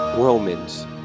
Romans